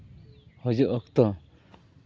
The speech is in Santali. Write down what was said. ᱠᱷᱚᱡᱚᱜ ᱚᱠᱛᱚ